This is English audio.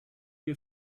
you